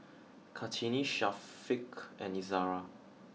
Kartini Syafiq and Izzara